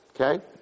Okay